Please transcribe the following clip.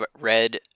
red